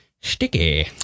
Sticky